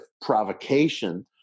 provocation